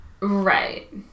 Right